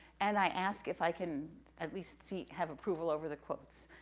and i ask if i can at least see, have approval over the quotes,